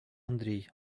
андрій